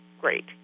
great